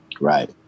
Right